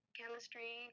chemistry